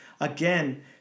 Again